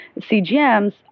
cgms